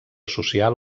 social